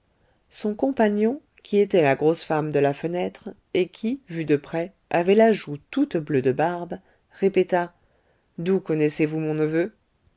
son compagnon qui était la grosse femme de la fenêtre et qui vu de près avait la joue toute bleue de barbe répéta d'où connaissez-vous mon neveu